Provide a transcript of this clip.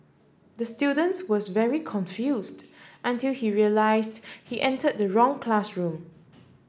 the student was very confused until he realised he enter the wrong classroom